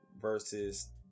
Versus